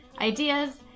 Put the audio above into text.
ideas